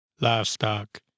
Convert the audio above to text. livestock